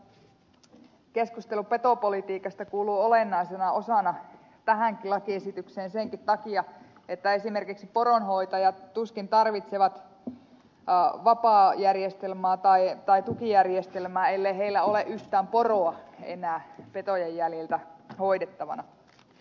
haluan korostaa että keskustelu petopolitiikasta kuuluu olennaisena osana tähänkin lakiesitykseen senkin takia että esimerkiksi poronhoitajat tuskin tarvitsevat vapaajärjestelmää tai tukijärjestelmää ellei heillä ole yhtään poroa enää petojen jäljiltä hoidettavana